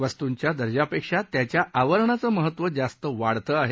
वस्तूच्या दर्जापेक्षा त्याच्या आवरणाचं महत्व जास्त वाढत आहे